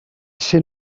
ser